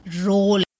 role